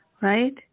Right